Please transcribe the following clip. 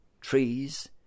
Trees